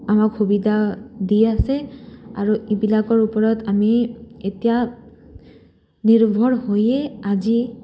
আমাক সুবিধা দি আছে আৰু এইবিলাকৰ ওপৰত আমি এতিয়া নিৰ্ভৰ হৈয়ে আজি